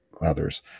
Others